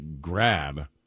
grab